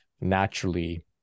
naturally